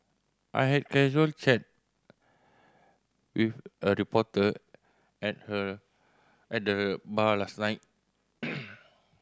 I had a casual chat with a reporter at her at the bar last night